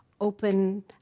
open